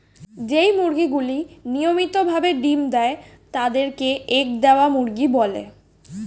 যেই মুরগিগুলি নিয়মিত ভাবে ডিম্ দেয় তাদের কে এগ দেওয়া মুরগি বলে